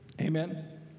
Amen